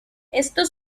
esto